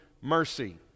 mercy